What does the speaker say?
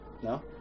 No